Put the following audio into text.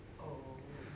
oh